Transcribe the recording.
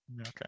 Okay